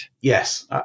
Yes